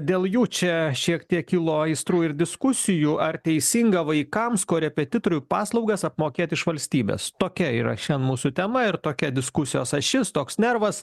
dėl jų čia šiek tiek kilo aistrų ir diskusijų ar teisinga vaikams korepetitorių paslaugas apmokėti iš valstybės tokia yra šiandien mūsų tema ir tokia diskusijos ašis toks nervas